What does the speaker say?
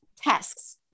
tasks